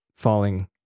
falling